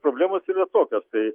problemos yra tokios tai